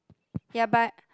ya but